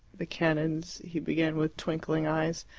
the canons he began with twinkling eyes.